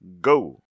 go